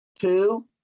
two